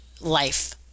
life